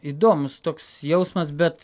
įdomus toks jausmas bet